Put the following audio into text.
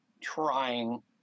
trying